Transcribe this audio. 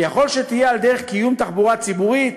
יכול שתהיה על דרך קיום תחבורה ציבורית